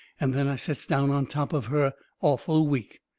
and then i sets down on top of her awful weak.